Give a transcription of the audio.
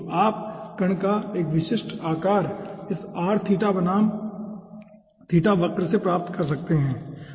तो आप कण का एक विशिष्ट आकार इस r थीटा बनाम थीटा वक्र से प्राप्त कर सकते हैं ठीक है